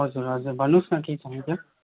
हजुर हजुर भन्नु होस् न के थियो